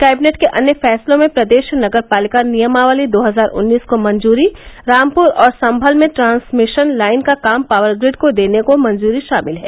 cabinet के अन्य फैसलों में प्रदेश नगर पालिका नियमावली दो हजार उन्नीस को मंजूरी रामपुर और सम्भल में ट्रांसमिशन लाइन का काम पावर ग्रिड को देने को मंजूरी मिल हैं